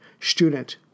Student